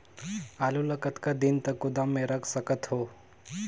आलू ल कतका दिन तक गोदाम मे रख सकथ हों?